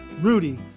Rudy